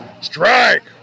Strike